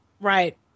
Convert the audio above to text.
Right